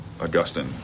Augustine